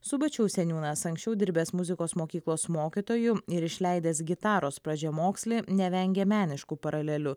subačiaus seniūnas anksčiau dirbęs muzikos mokyklos mokytoju ir išleidęs gitaros pradžiamokslį nevengia meniškų paralelių